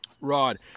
Rod